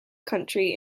country